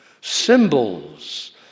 symbols